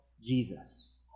Jesus